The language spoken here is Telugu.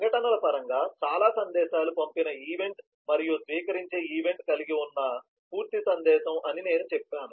సంఘటనల పరంగా చాలా సందేశాలు పంపిన ఈవెంట్ మరియు స్వీకరించే ఈవెంట్ కలిగి ఉన్న పూర్తి సందేశం అని నేను చెప్పాను